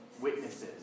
witnesses